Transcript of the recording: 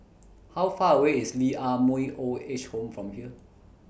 How Far away IS Lee Ah Mooi Old Age Home from here